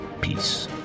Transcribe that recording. peace